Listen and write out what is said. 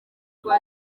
rwa